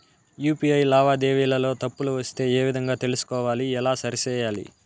UPI లావాదేవీలలో తప్పులు వస్తే ఏ విధంగా తెలుసుకోవాలి? ఎలా సరిసేయాలి?